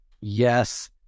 yes